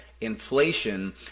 inflation